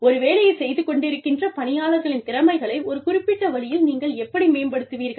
ஒரு வேலையைச் செய்து கொண்டிருக்கின்ற பணியாளர்களின் திறமைகளை ஒரு குறிப்பிட்ட வழியில் நீங்கள் எப்படி மேம்படுத்துவீர்கள்